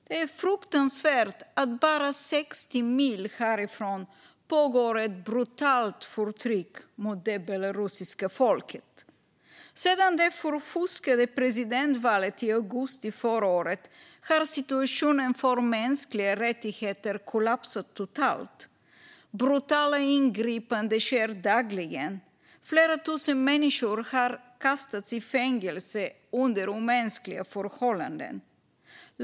Det är fruktansvärt att det bara 60 mil härifrån pågår ett brutalt förtryck av det belarusiska folket. Sedan det manipulerade presidentvalet i augusti förra året har situationen för mänskliga rättigheter kollapsat totalt. Brutala ingripanden sker dagligen. Flera tusen människor har kastats i fängelse under omänskliga förhållanden.